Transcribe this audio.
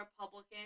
Republican